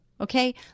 Okay